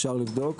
אפשר לבדוק.